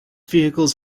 vehicles